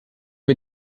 wir